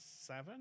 seven